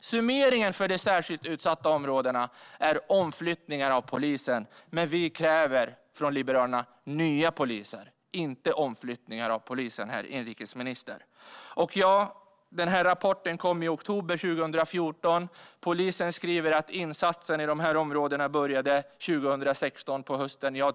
Summeringen för de särskilt utsatta områdena är omflyttningar av poliser. Men vi liberaler kräver nya poliser, inte omflyttningar av polisen, herr inrikesminister! Rapporten kom i oktober 2014. Polisen skriver att insatsen i dessa områden började på hösten 2016.